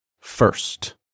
First